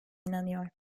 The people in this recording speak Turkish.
inanıyor